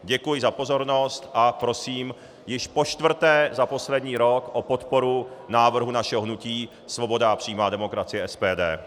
Děkuji za pozornost a prosím již počtvrté za poslední rok o podporu návrhu našeho hnutí Svoboda a přímá demokracie SPD.